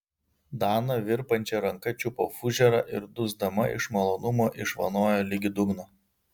dana virpančia ranka čiupo fužerą ir dusdama iš malonumo išvanojo ligi dugno